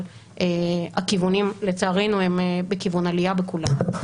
אבל לצערנו הן בכיוון עלייה בכולם.